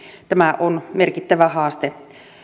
tämä on merkittävä haaste